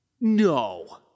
No